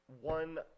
one